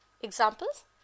Examples